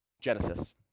Genesis